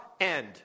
end